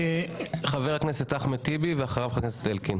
חבר הכנסת אחמד טיבי ואחריו חבר הכנסת אלקין.